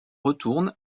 retourne